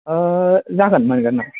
जागोन मोनगोन ना